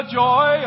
joy